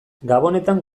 gabonetan